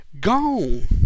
Gone